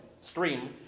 stream